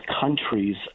countries